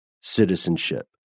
citizenship